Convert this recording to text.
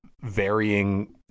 varying –